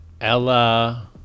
Ella